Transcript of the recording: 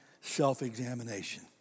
self-examination